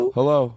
Hello